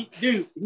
dude